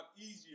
easier